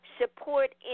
support